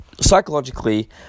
Psychologically